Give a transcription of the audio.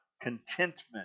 contentment